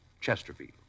Chesterfield